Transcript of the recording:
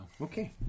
Okay